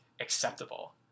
acceptable